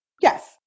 Yes